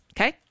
Okay